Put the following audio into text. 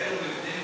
את התנאים